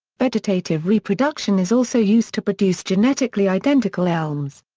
vegetative reproduction is also used to produce genetically identical elms.